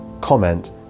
comment